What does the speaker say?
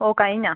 ഓ കഴിഞ്ഞോ